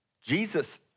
Jesus